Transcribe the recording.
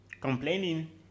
Complaining